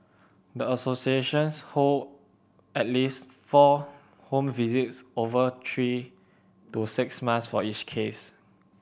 the associations hold at least four home visits over three to six months for each case